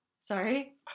Sorry